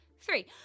three